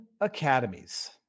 Academies